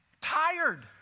Tired